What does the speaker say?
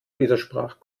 widersprach